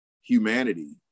humanity